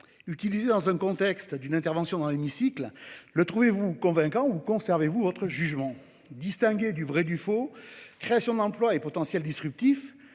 Utilisé dans le contexte précis d'une intervention dans l'hémicycle, le trouvez-vous convaincant ou maintenez-vous votre jugement ?« Distinguer le vrai du faux »,« création d'emplois » et « potentiel disruptif